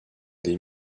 des